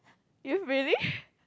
you really